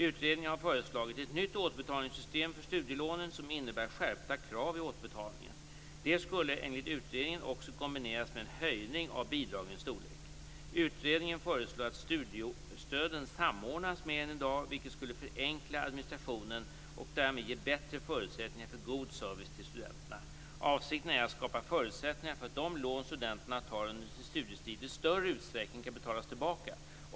Utredningen har föreslagit ett nytt återbetalningssystem för studielånen, som innebär skärpta krav i återbetalningen. Det skulle enligt utredningen kombineras med en höjning av bidragens storlek. Utredningen föreslår att studiestöden samordnas mer än i dag, vilket skulle förenkla administrationen och därmed ge bättre förutsättningar för god service till studenterna. Avsikten är att skapa förutsättningar för att de lån studenterna tar under sin studietid i större utsträckning kan betalas tillbaka.